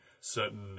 certain